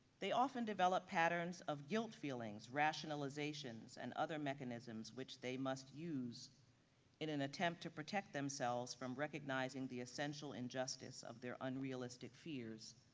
they often develop patterns of guilt feelings, rationalizations, and other mechanisms which they must use in an attempt to protect themselves from recognizing the essential injustice of their unrealistic fears,